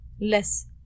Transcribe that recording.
less